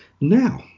Now